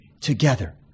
Together